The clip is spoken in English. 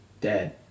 dead